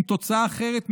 עם תוצאה אחרת,